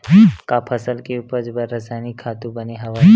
का फसल के उपज बर रासायनिक खातु बने हवय?